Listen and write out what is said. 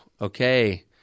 Okay